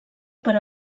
per